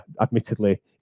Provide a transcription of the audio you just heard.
admittedly